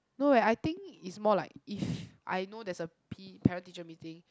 no eh I think it's more like if I know there's a parent teacher meeting